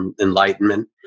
enlightenment